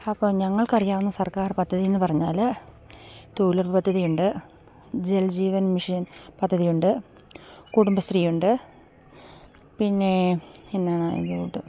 അപ്പം ഞങ്ങൾക്കറിയാവുന്ന സർക്കാർ പദ്ധതിയെന്നു പറഞ്ഞാൽ തൊഴിലുറപ്പ് പദ്ധതിയുണ്ട് ജൽജീവൻ മിഷൻ പദ്ധതിയുണ്ട് കുടുംബശ്രീയുണ്ട് പിന്നെ എന്നാണ് ഈതൂട്ട്